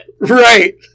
Right